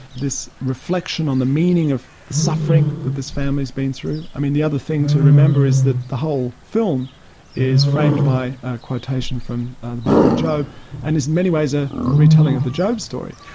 this reflection on the meaning of the suffering that this family has been through. i mean the other thing to remember is that the whole film is framed by a quotation from the book of job and is in many ways a retelling of the job story.